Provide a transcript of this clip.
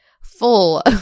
full